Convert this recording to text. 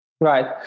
right